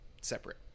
separate